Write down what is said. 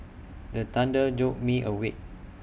the thunder jolt me awake